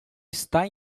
estava